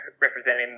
representing